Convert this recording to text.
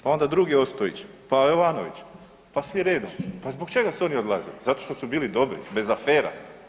Pa onda drugi Ostojić, pa Jovanović, pa svi redom, pa zbog čega su oni odlazili, zato što su bili dobri, bez afera.